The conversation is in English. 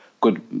good